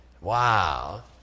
Wow